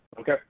Okay